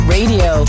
Radio